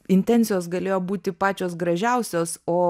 intencijos galėjo būti pačios gražiausios o